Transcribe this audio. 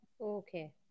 Okay